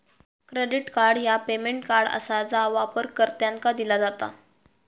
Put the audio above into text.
credit card ह्या payment card आसा जा वापरकर्त्यांका दिला जात